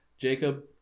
jacob